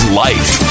life